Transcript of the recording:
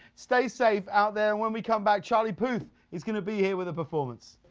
stay safe out there, when we come back, charlie puth is going to be here with a performance.